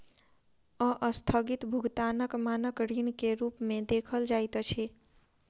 अस्थगित भुगतानक मानक ऋण के रूप में देखल जाइत अछि